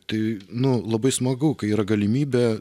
tai nu labai smagu kai yra galimybė